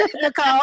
Nicole